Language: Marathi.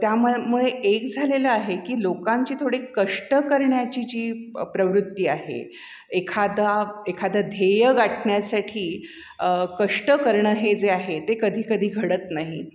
त्याम मुळे एक झालेलं आहे की लोकांची थोडी कष्ट करण्याची जी प्रवृत्ती आहे एखादा एखादं ध्येय गाठण्यासाठी कष्ट करणं हे जे आहे ते कधी कधी घडत नाही